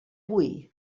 boí